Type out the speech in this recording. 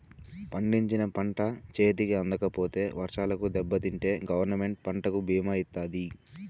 పండించిన పంట చేతికి అందకపోతే వర్షాలకు దెబ్బతింటే గవర్నమెంట్ పంటకు భీమా ఇత్తాది